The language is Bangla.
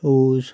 পৌষ